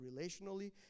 relationally